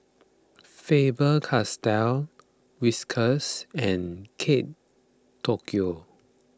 Faber Castell Whiskas and Kate Tokyo